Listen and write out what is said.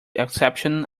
acceptation